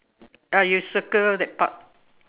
ah you circle that part